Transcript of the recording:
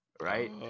Right